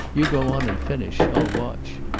you go on and finish. i'll watch.